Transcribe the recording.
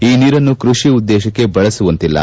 ಈ ನೀರನ್ನು ಕೃಷಿ ಉದ್ದೇಶಕ್ಕೆ ಬಳಸುವಂತಿಲ್ಲ